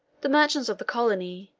the merchants of the colony,